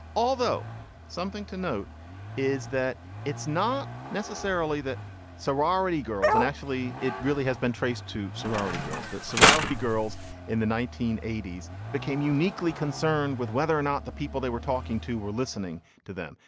although something to note is that it's not necessarily that sorority girls and actually it really has been traced to sorority girls that sorority girls in the nineteen eighty s became uniquely concerned with whether or not the people they were talking to were listening to them.